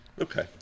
Okay